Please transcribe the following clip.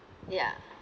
ya